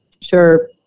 Sure